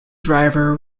driver